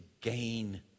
gain